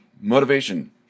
motivation